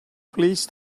please